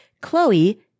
chloe